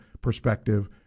perspective